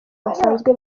basanzwe